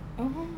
mmhmm